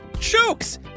jokes